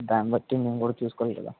దాన్ని బట్టి మేము కూడా చూసుకోవాలి కదా